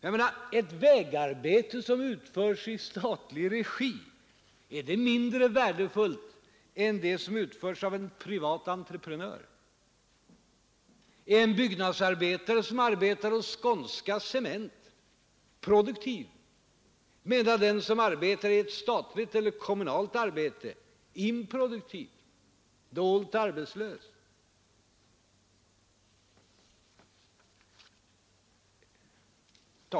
Är ett vägarbete som utföres i statlig regi mindre värdefullt än det som utföres av en privat entreprenör? Är en byggnadsarbetare som arbetar hos Skånska Cement produktiv, medan den som deltar i ett statligt eller kommunalt arbete är improduktiv, dolt arbetslös?